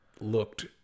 looked